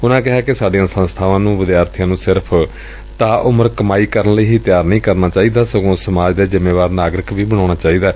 ਉੰਨੁਾਂ ਕਿਹਾ ਕਿ ਸਾਡੀਆਂ ਸੰਸਬਾਵਾਂ ਨੂੰ ਵਿਦਿਆਰਥੀਆਂ ਨੂੰ ਸਿਰਫ਼ ਤਾਅ ਉਮਰ ਕਮਾਈ ਲਈ ਹੀ ਤਿਆਰ ਨਹੀਂ ਕਰਨਾ ਚਾਹੀਦਾ ਸਗੋਂ ਸਮਾਜ ਦੇ ਜਿਮੇਵਾਰ ਨਾਗਰਿਕ ਵੀ ਬਣਾਉਣਾ ਚਾਹੀਦੈ